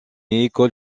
école